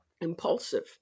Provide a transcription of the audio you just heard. impulsive